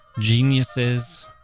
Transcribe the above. geniuses